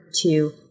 two